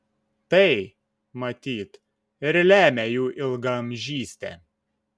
tai matyt ir lemia jų ilgaamžystę